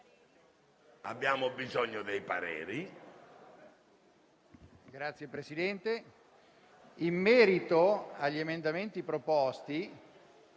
Abbiamo bisogno di avere